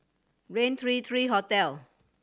Rain three three Hotel